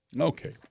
Okay